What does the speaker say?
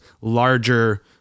larger